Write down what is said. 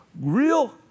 real